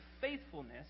faithfulness